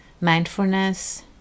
mindfulness